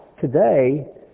today